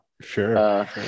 Sure